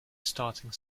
starting